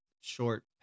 short